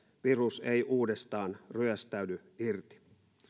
virus ei uudestaan ryöstäydy irti